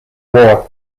war